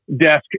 Desk